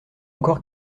encore